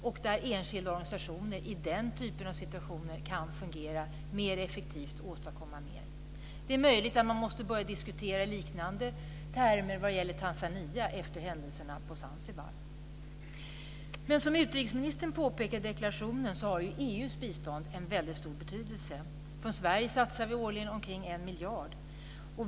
I den typen av situationer kan enskilda organisationer fungera mer effektivt och åstadkomma mer. Det är möjligt att man måste börja diskutera i liknande termer vad gäller Tanzania efter händelserna på Zanzibar. Som utrikesministern påpekade i deklarationen har EU:s bistånd en väldigt stor betydelse. Från Sverige satsar vi årligen omkring 1 miljard.